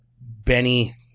Benny